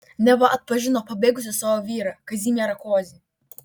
neva atpažino pabėgusį savo vyrą kazimierą kozį